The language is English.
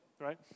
Right